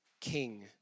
King